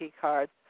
cards